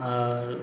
आओर